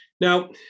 Now